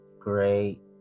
great